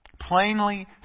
plainly